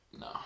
no